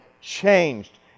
changed